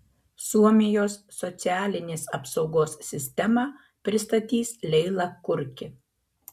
suomijos socialinės apsaugos sistemą pristatys leila kurki